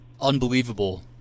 unbelievable